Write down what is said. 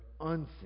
unseen